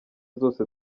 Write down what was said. zose